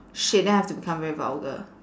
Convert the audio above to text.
shit then I have to become very vulgar